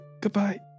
goodbye